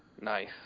Nice